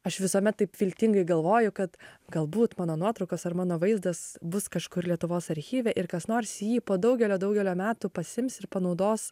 aš visuomet taip viltingai galvoju kad galbūt mano nuotraukos ar mano vaizdas bus kažkur lietuvos archyve ir kas nors jį po daugelio daugelio metų pasiims ir panaudos